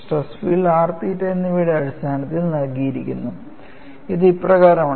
stress field r തീറ്റ എന്നിവയുടെ അടിസ്ഥാനത്തിൽ നൽകിയിരിക്കുന്നു അത് ഇപ്രകാരമാണ്